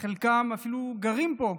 שחלקם אפילו גרים פה,